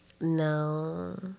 No